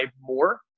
more